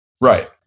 Right